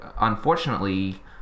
unfortunately